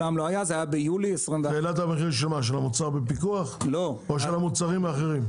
זה העלה את המחיר של המוצר בפיקוח או של המוצרים האחרים?